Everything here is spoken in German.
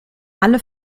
alle